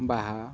ᱵᱟᱦᱟ